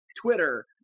Twitter